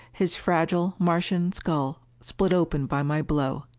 his fragile martian skull split open by my blow.